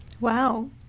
Wow